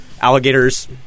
alligators